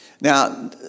Now